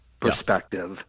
perspective